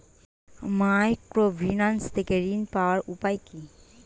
Microfinance থেকে ঋণ পাওয়ার উপায় কি?